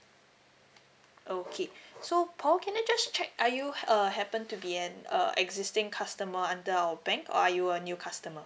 okay so paul can I just check are you uh happen to be an err existing customer under our bank or are you a new customer